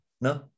No